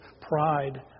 pride